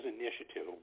initiative